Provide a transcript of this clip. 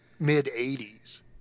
mid-'80s